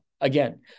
Again